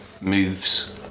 moves